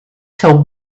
till